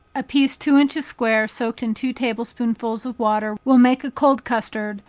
a piece two inches square soaked in two table-spoonsful of water will make a cold custard,